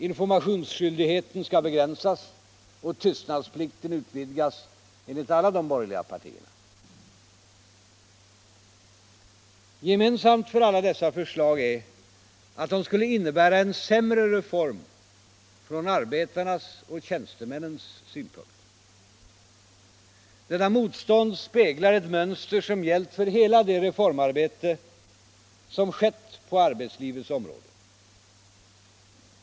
Informationsskyldigheten skall begränsas och tystnadsplikten utvidgas enligt alla de borgerliga partierna. Gemensamt för alla dessa förslag är att de skulle innebära en sämre reform från arbetarnas och tjänstemännens synpunkt. Detta motstånd speglar ett mönster som gällt för hela det reformarbete som skett på arbetslivets område.